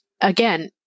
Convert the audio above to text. Again